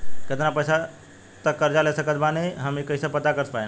केतना पैसा तक कर्जा ले सकत बानी हम ई कइसे पता कर पाएम?